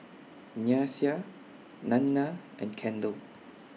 Nyasia Nanna and Kendell